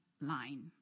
line